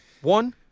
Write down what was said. one